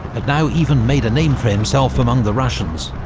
had now even made a name for himself among the russians